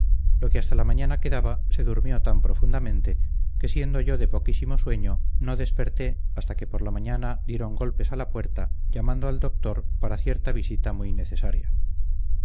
lo que hasta la mañana quedaba se durmió tan profundamente que siendo yo de poquísimo sueño no desperté hasta que por la mañana dieron golpes a la puerta llamando al doctor para cierta visita muy necesaria